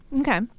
Okay